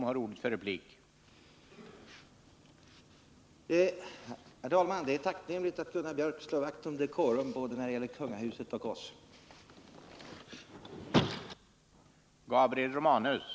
Herr talman! Det är tacknämligt att Gunnar Biörck slår vakt om dekorum både när det gäller kungahuset och när det gäller riksdagen.